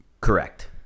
correct